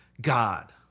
God